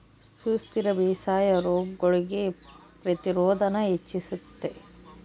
ಸುಸ್ಥಿರ ಬೇಸಾಯಾ ರೋಗಗುಳ್ಗೆ ಪ್ರತಿರೋಧಾನ ಹೆಚ್ಚಿಸ್ತತೆ